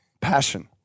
passion